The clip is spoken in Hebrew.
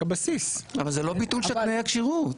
אבל זה לא ביטול של תנאי הכשירות,